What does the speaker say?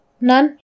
None